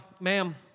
Ma'am